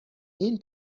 این